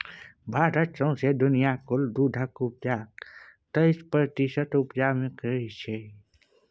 भारत सौंसे दुनियाँक कुल दुधक उपजाक तेइस प्रतिशत उपजाबै छै